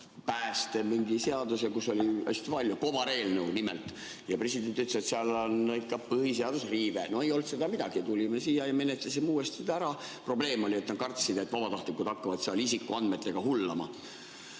suur mingi seaduseelnõu, kus oli hästi palju, kobareelnõu nimelt, ja president ütles, et seal on ikka põhiseaduse riive. No meil ei olnud seal midagi, tulime siia ja menetlesime uuesti ära. Probleem oli see: nad kartsid, et vabatahtlikud hakkavad isikuandmetega hullama.